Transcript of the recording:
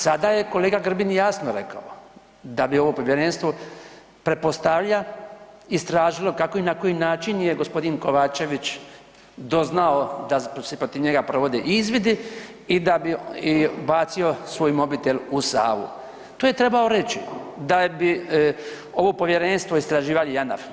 Sada je kolega Grbin jasno rekao da bi ovo povjerenstvo pretpostavljam istražilo kako i na koji način je g. Kovačević doznao da se protiv njega provode izvidi i da bi bacio svoj mobitel u Savu, to je trebao reći, da bi ovo povjerenstvo istraživali Janaf.